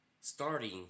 starting